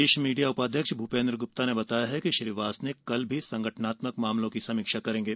प्रदेश media उपाध्यक्ष भूपेन्द्र गुप्ता ने बताया कि श्री वासनिक कल भी संगठनात्मक मामलों की समीक्षा करेंगे